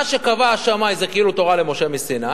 מה שקבע השמאי זה כאילו תורה למשה מסיני,